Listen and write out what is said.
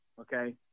Okay